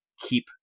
keep